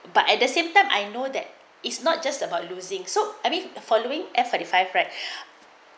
but at the same time I know that it's not just about losing so I mean following F forty five right